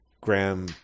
graham